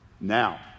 Now